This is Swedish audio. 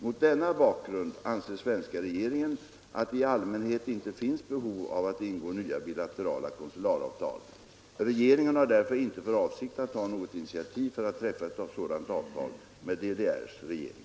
Mot denna bakgrund anser svenska regeringen att det i allmänhet inte finns behov av att ingå nya bilaterala konsularavtal. Regeringen har därför inte för avsikt att ta något initiativ för att träffa ett sådant avtal med DDR:s regering.